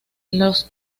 los